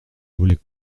volets